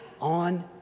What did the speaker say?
on